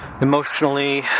emotionally